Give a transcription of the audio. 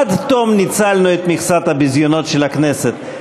עד תום ניצלנו את מכסת הביזיונות של הכנסת,